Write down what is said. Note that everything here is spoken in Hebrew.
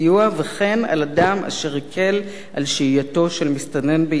וכן על אדם אשר הקל על שהייתו של מסתנן בישראל,